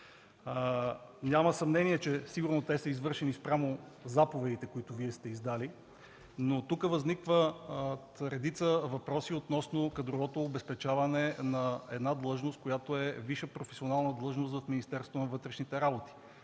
Няма съмнение, че сигурно те са извършени спрямо заповедите, които Вие сте издали. Обаче тук възникват редица въпроси относно кадровото обезпечаване на една длъжност, която е висша професионална длъжност в Министерството на вътрешните работи.